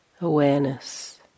awareness